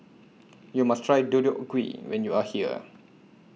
YOU must Try Deodeok Gui when YOU Are here